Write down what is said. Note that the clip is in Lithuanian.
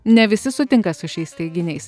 ne visi sutinka su šiais teiginiais